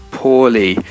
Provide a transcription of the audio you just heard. poorly